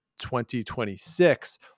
2026